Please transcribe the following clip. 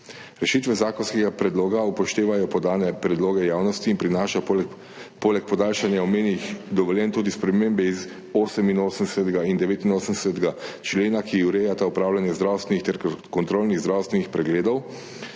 Rešitve zakonskega predloga upoštevajo podane predloge javnosti in prinašajo poleg podaljšanja omenjenih dovoljenj tudi spremembe iz 88. in 89. člena, ki urejata opravljanje zdravstvenih ter kontrolnih zdravstvenih pregledov